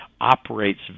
operates